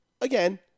again